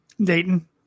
Dayton